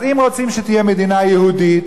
אז אם רוצים שתהיה מדינה יהודית,